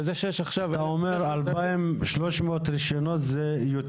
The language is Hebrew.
וזה שיש עכשיו --- מפעלים ראויים זה בסדר?